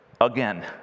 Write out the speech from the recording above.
again